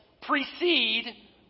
precede